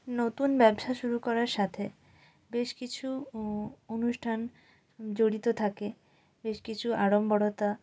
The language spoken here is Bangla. নতুন ব্যবসা শুরু করার সাথে বেশ কিছু অনুষ্ঠান জড়িত থাকে বেশ কিছু আড়ম্বড়